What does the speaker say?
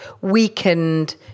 weakened